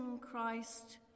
Christ